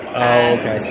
okay